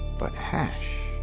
but hash.